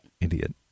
idiot